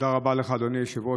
תודה רבה לך, אדוני היושב-ראש.